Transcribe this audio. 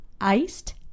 iced